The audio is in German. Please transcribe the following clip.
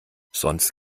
sonst